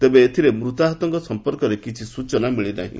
ତେବେ ଏଥିରେ ମୂତାହତଙ୍କ ସମ୍ମର୍କରେ କିଛି ସୂଚନା ମିଳିନାହିଁ